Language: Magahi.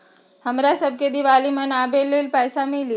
हमरा शव के दिवाली मनावेला पैसा मिली?